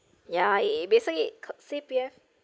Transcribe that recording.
yea eh basically C_P_F